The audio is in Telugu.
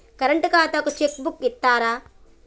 కరెంట్ ఖాతాకు చెక్ బుక్కు ఇత్తరా?